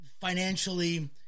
financially